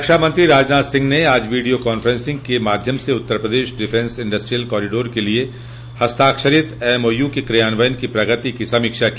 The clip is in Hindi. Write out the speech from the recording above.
रक्षामंत्री राजनाथ सिंह ने आज वीडियो काफ्रेंसिंग के माध्यम से Uttar Pradesh defence industrial corridor के लिये हस्ताक्षरित एमओयू के क्रियान्वयन की पगति की समीक्षा की